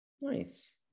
Nice